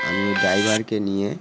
আমি ওই ড্রাইভারকে নিয়ে